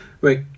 right